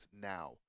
now